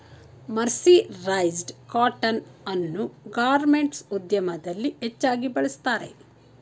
mercerised cotton ಅನ್ನು garments ಉದ್ಯಮದಲ್ಲಿ ಹೆಚ್ಚಾಗಿ ಬಳ್ಸತ್ತರೆ